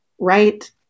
right